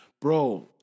Bro